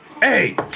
hey